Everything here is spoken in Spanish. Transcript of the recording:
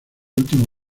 último